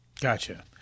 Gotcha